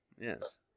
Yes